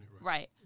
right